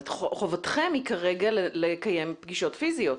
חובתכם היא כרגע לקיים פגישות פיזיות.